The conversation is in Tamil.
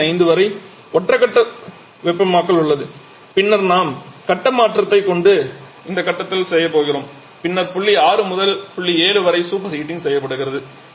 புள்ளி எண் 5 வரை ஒற்றை கட்ட வெப்பமாக்கல் உள்ளது பின்னர் நாம் கட்ட மாற்றத்தைக் கொண்டு இந்த கட்டத்தில் செய்யப்படுகிறோம் பின்னர் புள்ளி 6 முதல் புள்ளி 7 வரை சூப்பர் ஹீட்டிங்க் செய்யப்படுகிறது